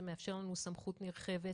זה מאפשר לנו סמכות נרחבת